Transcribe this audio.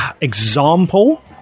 example